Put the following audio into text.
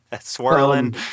Swirling